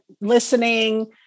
listening